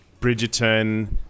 Bridgerton